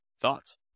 thoughts